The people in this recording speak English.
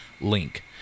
Link